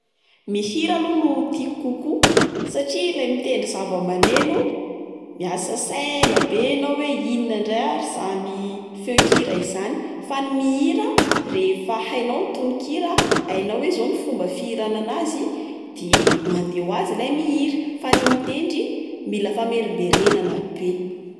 Mihira aloha no tiako kokoa. Satria ilay mitendry zavamaneno miasa saina bé enao hoe: inona indray ary zany feon-kira izany? Fa ny mihira rehefa hainao ny tononkira, hainao hoe zao fomba fihirana anazy de mandeha ho azy ilay mihira. Fa ny mitendry mila famerimberenana bé.